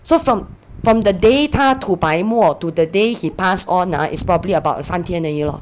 so from from the day 他吐白沫 to the day he pass on ah it's probably about 三天而已 lor